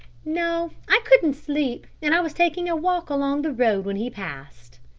no, i couldn't sleep, and i was taking a walk along the road when he passed.